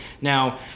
Now